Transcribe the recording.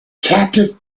captive